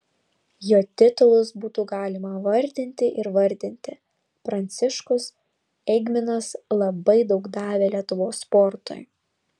jo titulus būtų galima vardinti ir vardinti pranciškus eigminas labai daug davė lietuvos sportui